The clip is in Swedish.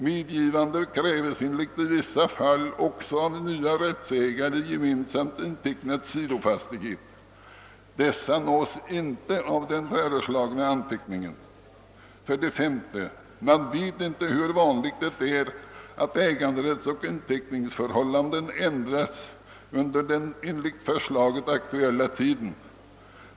Medgivande krävs emellertid i vissa fall också av nya rättsägare i gemensamt intecknad ”sidofastighet”. Dessa nås inte av den föreslagna anteckningen. 3. Man vet inte hur vanligt det är att äganderättsoch inteckningsförhållanden ändras under den enligt förslaget aktuella tiden.